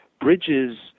bridges